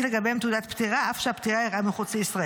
כן,